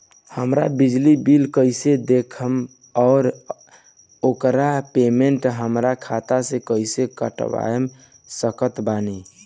हमार बिजली बिल कईसे देखेमऔर आउर ओकर पेमेंट हमरा खाता से कईसे कटवा सकत बानी?